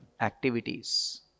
activities